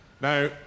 now